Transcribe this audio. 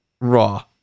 raw